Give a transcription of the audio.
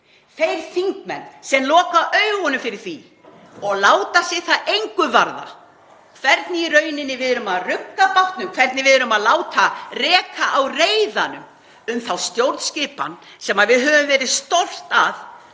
Þeir þingmenn sem loka augunum fyrir því og láta sig það engu varða hvernig við erum að rugga bátnum, hvernig við erum að láta reka á reiðanum þá stjórnskipan sem við höfum verið stolt af